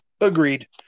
Agreed